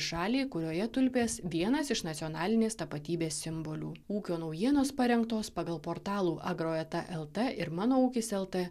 šaliai kurioje tulpės vienas iš nacionalinės tapatybės simbolių ūkio naujienos parengtos pagal portalų agro eta lt ir mano ūkis lt